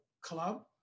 club